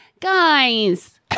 Guys